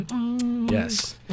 Yes